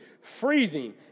freezing